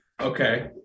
Okay